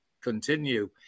continue